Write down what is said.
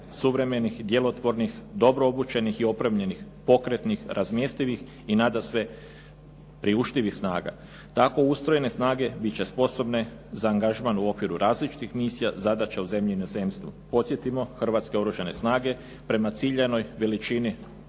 suvremenih, djelotvornih, dobro obučenih i opremljenih, pokretnih, razmjestivih i nadasve priuštivih snaga. Tako ustrojene snage biti će sposobne za angažman u okviru različitih misija, zadaća u zemlji i inozemstvu. Podsjetimo, hrvatske Oružane snage prema ciljanoj veličini